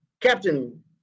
Captain